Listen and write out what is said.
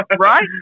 Right